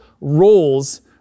roles